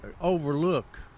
overlook